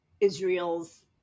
israel's